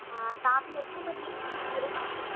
हा तव्हां बि अचो कॾहिं हिते सूरत में